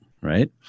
right